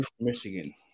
michigan